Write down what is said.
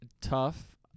tough